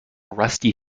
rusty